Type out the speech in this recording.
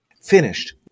finished